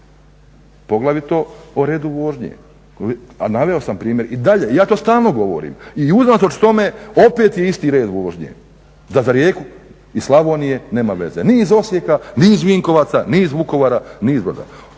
poglavito o redu vožnje, a naveo sam primjer i dalje, i ja to stalno govorim i unatoč tome opet je isto red vožnje da za Rijeku iz Slavonije nema veze, ni iz Osijeka, ni iz Vinkovaca, ni iz Vukovara ni iz